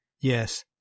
Yes